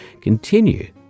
continue